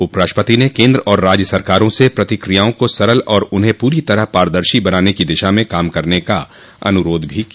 उपराष्ट्रपति ने केन्द्र और राज्य सरकारों से प्रक्रियाओं को सरल और उन्हें पूरी तरह पारदर्शी बनाने की दिशा में काम करने का अनुरोध भी किया